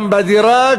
גם בדירה,